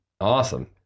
Awesome